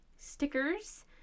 stickers